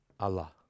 Allah